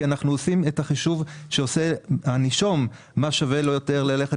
כי אנחנו עושים את החישוב שעושה הנישום; לאיזה מסלול שווה לו ללכת